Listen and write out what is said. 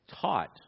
taught